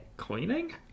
Cleaning